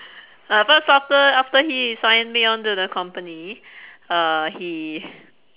uh first after after he signed me onto the company uh he